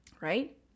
right